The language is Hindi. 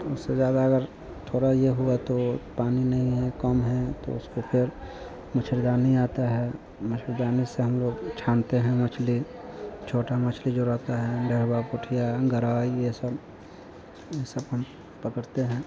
उससे ज़्यादा अगर थोड़ा यह हुआ तो पानी नहीं है कम है तो उसको फिर मच्छरदानी आती है मच्छरदानी से हम लोग छानते हैं मछली छोटी मछली जो रहती है डेरवा कोठिया अंगारा ये सब ये सब हम पकड़ते हैं